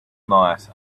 night